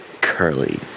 Curly